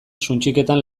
suntsiketan